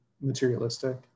materialistic